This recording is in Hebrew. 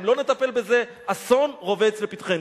אם לא נטפל בזה, אסון רובץ לפתחנו.